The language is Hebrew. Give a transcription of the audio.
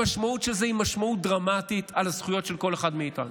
המשמעות של זה היא משמעות דרמטית על הזכויות של כל אחד מאיתנו.